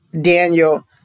Daniel